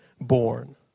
born